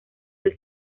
del